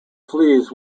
flees